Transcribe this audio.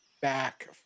back